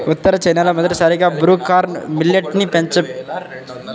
ఉత్తర చైనాలో మొదటిసారిగా broom corn millet ని పెంపకం చేసినట్లు చరిత్ర చెబుతున్నది